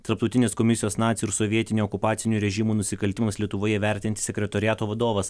tarptautinės komisijos nacių ir sovietinio okupacinių režimų nusikaltimams lietuvoje įvertinti sekretoriato vadovas